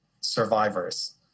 survivors